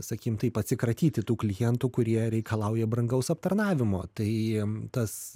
sakykim taip atsikratyti tų klientų kurie reikalauja brangaus aptarnavimo tai tas